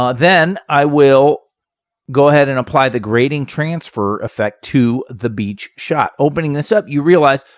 um then i will go ahead and apply the grading transfer effect to the beach shot. opening this up, you realize,